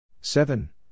seven